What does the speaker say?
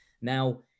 Now